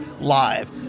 live